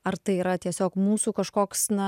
ar tai yra tiesiog mūsų kažkoks na